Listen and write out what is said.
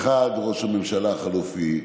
אחד, ראש הממשלה החלופי,